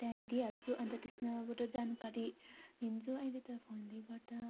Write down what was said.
त्यहाँ हेरिहाल्छु अन्त त्यसमाबाट जानकारी लिन्छु अहिले त फोनले गर्दा